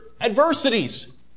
adversities